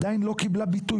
אבל עדיין לא קיבלה ביטוי